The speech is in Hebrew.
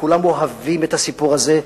כולם אוהבים את הסיפור הזה,